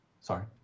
Sorry